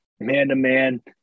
Man-to-man